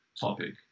topic